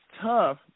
tough